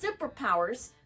superpowers